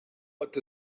het